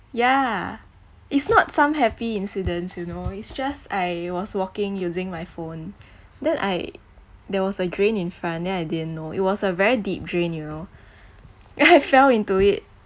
ya it's not some happy incidents you know it's just I was walking using my phone then I there was a drain in front then I didn't know it was a very deep drain you know then I fell into it